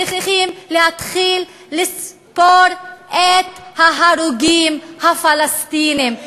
צריכים להתחיל לספור את ההרוגים הפלסטינים.